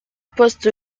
poste